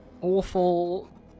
awful